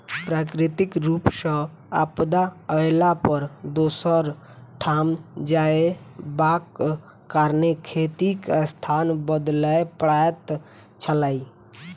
प्राकृतिक रूप सॅ आपदा अयला पर दोसर ठाम जायबाक कारणेँ खेतीक स्थान बदलय पड़ैत छलै